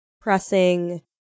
pressing